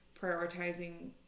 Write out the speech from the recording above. prioritizing